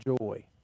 joy